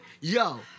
yo